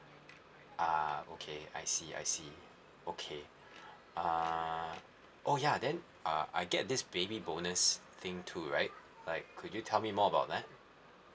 uh okay I see I see okay uh oh ya then uh I get this baby bonus thing too right like could you tell me more about that